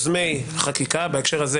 כנראה כששואלים נכוחה, אף אחד לא קבע הלכה בעניין.